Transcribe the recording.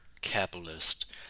capitalist